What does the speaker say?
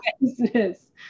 business